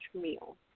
meal